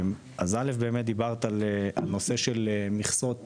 דיברת על נושא של מכסות